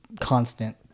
constant